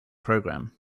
program